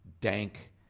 dank